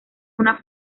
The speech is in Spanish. una